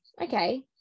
okay